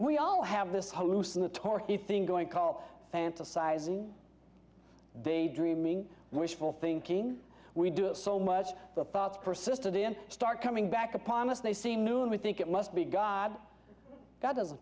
we all have this whole lucena torquey thing going call fantasizing day dreaming wishful thinking we do it so much the thoughts persisted and start coming back upon us they seem new and we think it must be god god doesn't